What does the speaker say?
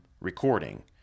recording